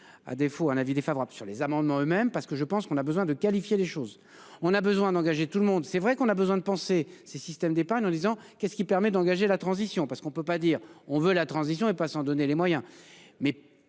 à défaut un avis défavorable sur les amendements eux- mêmes parce que je pense qu'on a besoin de qualifier les choses, on a besoin d'engager tout le monde, c'est vrai qu'on a besoin de penser ces systèmes d'épargne en disant, qu'est ce qui permet d'engager la transition parce qu'on ne peut pas dire on veut la transition est pas en donner les moyens